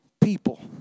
people